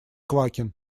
квакин